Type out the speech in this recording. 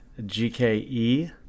GKE